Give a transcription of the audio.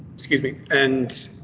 excuse me and.